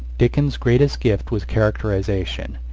dickens's greatest gift was characterization,